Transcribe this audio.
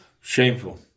Shameful